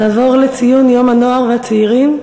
נעבור לציון יום הנוער והצעירים,